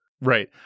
Right